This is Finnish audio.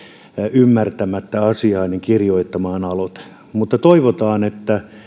ymmärtämättä asiaa kirjoittamaan aloitteen mutta toivotaan että